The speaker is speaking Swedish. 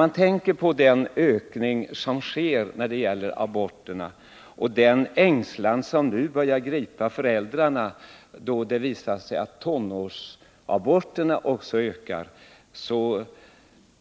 Med tanke på den ökning som sker av antalet aborter och den ängslan som börjar gripa föräldrarna, när det nu visar sig att också antalet tonårsaborter ökar,